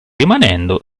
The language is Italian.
rimanendo